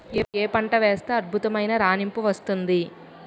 ఏ పంట వేస్తే అద్భుతమైన రాణింపు వస్తుంది?